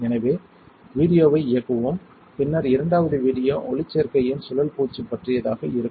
எனவே வீடியோவை இயக்குவோம் பின்னர் இரண்டாவது வீடியோ ஒளிச்சேர்க்கையின் சுழல் பூச்சு பற்றியதாக இருக்கும்